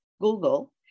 Google